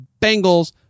Bengals